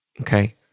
okay